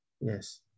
yes